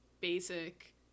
basic